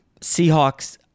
Seahawks